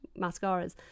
mascaras